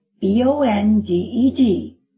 B-O-N-D-E-D